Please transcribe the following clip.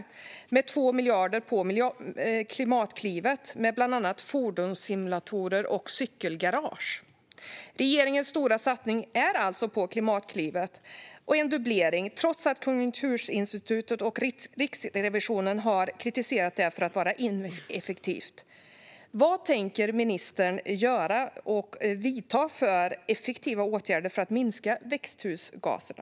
Man satsar 2 miljarder på Klimatklivet med bland annat fordonssimulatorer och cykelgarage. Regeringens stora satsning är alltså på Klimatklivet och på en dubblering av detta, trots att Konjunkturinstitutet och Riksrevisionen har kritiserat det för att vara ineffektivt. Vilka effektiva åtgärder tänker ministern vidta för att minska växthusgaserna?